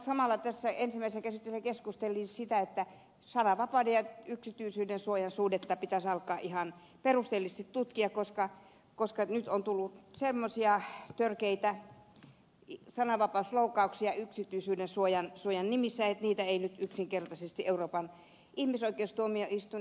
samalla tässä ensimmäisessä käsittelyssä keskusteltiin sitä että sananvapauden ja yksityisyyden suojan suhdetta pitäisi alkaa ihan perusteellisesti tutkia koska nyt on tullut ilmi semmoisia törkeitä sananvapausloukkauksia yksityisyyden suojan nimissä että niitä ei nyt yksinkertaisesti euroopan ihmisoikeustuomioistuin ed